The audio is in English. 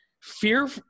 fear